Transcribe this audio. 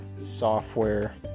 software